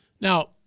Now